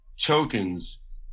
tokens